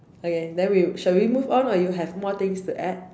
okay then we shall we move on or you have more things to add